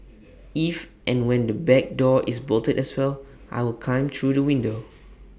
if and when the back door is bolted as well I will climb through the window